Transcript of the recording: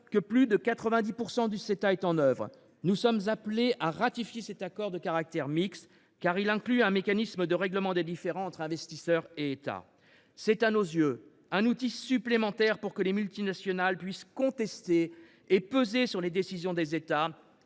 dispositions du Ceta sont appliquées, nous sommes appelés à ratifier cet accord de caractère mixte, car il inclut un mécanisme de règlement des différends entre investisseurs et États. Cela constitue, à nos yeux, un outil supplémentaire pour que les multinationales puissent contester et peser sur les décisions des États